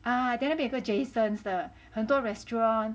ah then 那边有一个 Jason's 的很多 restaurant